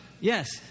Yes